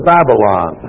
Babylon